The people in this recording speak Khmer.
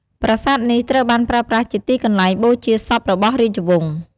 ប្រាសាទនេះ ត្រូវបានប្រើប្រាស់ជាទីកន្លែងបូជាសពរបស់ រាជវង្ស។